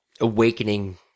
awakening